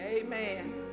Amen